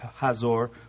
Hazor